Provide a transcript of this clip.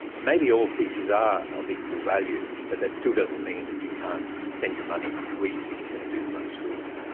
maybe all species are of equal value, but that still doesn't mean that you can't spend your money where you think it's going to do the most good.